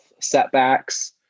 setbacks